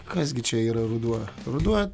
kas gi čia yra ruduo ruduo